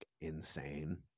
insane